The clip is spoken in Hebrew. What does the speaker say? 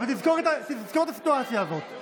אבל תזכור את הסיטואציה הזאת.